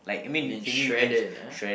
lean shredded ah